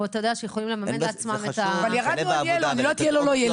אתמול הייתי מלווה וביקשו ממני שרק